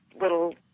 little